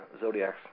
Zodiacs